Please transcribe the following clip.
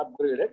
upgraded